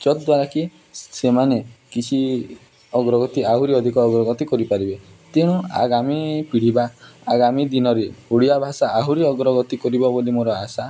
ଯଦ୍ୱାରା କି ସେମାନେ କିଛି ଅଗ୍ରଗତି ଆହୁରି ଅଧିକ ଅଗ୍ରଗତି କରିପାରିବେ ତେଣୁ ଆଗାମୀ ପିଢ଼ି ବା ଆଗାମୀ ଦିନରେ ଓଡ଼ିଆ ଭାଷା ଆହୁରି ଅଗ୍ରଗତି କରିବ ବୋଲି ମୋର ଆଶା